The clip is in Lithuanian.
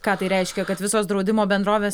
ką tai reiškia kad visos draudimo bendrovės